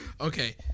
okay